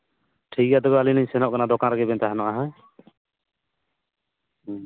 ᱴᱷᱤᱠ ᱜᱮᱭᱟ ᱛᱚᱵᱮ ᱟᱹᱞᱤᱧᱞᱤᱧ ᱥᱮᱱᱚᱜ ᱠᱟᱱᱟ ᱫᱚᱠᱟᱱ ᱨᱮᱜᱮᱵᱮᱱ ᱛᱟᱦᱮᱱᱚᱜᱼᱟ ᱦᱮᱸ